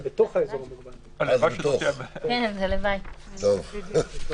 זה יותר רחב מ"נדרש".